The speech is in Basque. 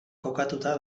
kokatuta